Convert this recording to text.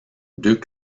deux